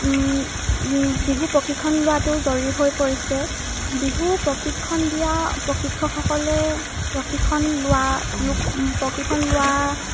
বিহু প্ৰশিক্ষণ লোৱাটো জৰুৰী হৈ পৰিছে বিহু প্ৰশিক্ষণ দিয়া প্ৰশিক্ষকসকলে প্ৰশিক্ষণ লোৱা লোক প্ৰশিক্ষণ লোৱা